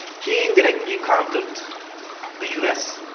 he indirectly countered the u s.